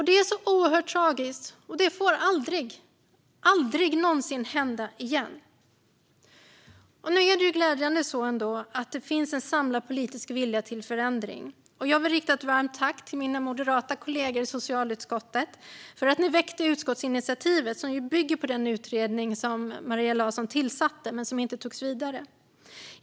Det är så oerhört tragiskt, och det får aldrig någonsin hända igen. Glädjande nog finns det nu en samlad politisk vilja till förändring. Jag vill rikta ett varmt tack till mina moderata kolleger i socialutskottet för att de väckte det utskottsinitiativ som bygger på den utredning som Maria Larsson tillsatte men som inte togs vidare.